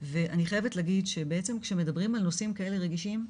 ואני חייבת להגיד שבעצם כשמדברים על נושאים כאלה רגישים,